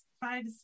five